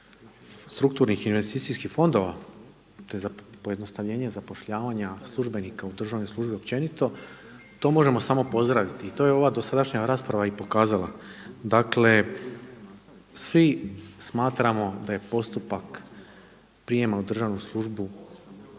strukturnih investicijskih fondova te za pojednostavljenje zapošljavanja službenika u državnoj službi općenito to možemo samo pozdraviti. I to je ova dosadašnja rasprava i pokazala. Dakle, svi smatramo da je postupak prijema u državnu službu